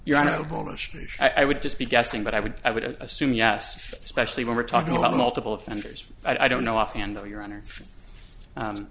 mention i would just be guessing but i would i would assume yes especially when we're talking about multiple offenders i don't know offhand or your honor